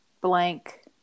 blank